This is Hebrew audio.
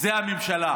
זו הממשלה.